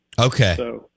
Okay